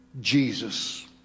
Jesus